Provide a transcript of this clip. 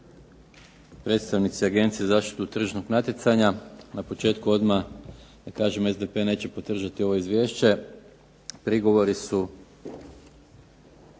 Hvala